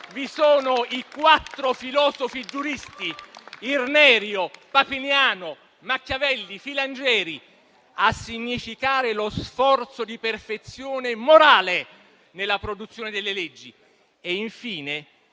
Vi sono i quattro filosofi giuristi (Irnerio, Papiniano, Machiavelli, Filangieri), a significare lo sforzo di perfezione morale nella produzione delle leggi. Infine,